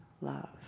love